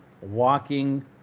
walking